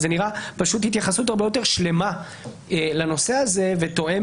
זאת נראית התייחסות הרבה יותר שלמה לנושא הזה ותואמת